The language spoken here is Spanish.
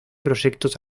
proyectos